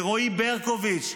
לרועי ברקוביץ',